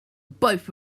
both